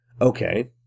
Okay